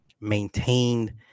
maintained